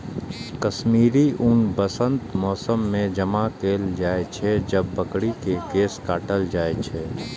कश्मीरी ऊन वसंतक मौसम मे जमा कैल जाइ छै, जब बकरी के केश काटल जाइ छै